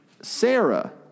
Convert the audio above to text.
Sarah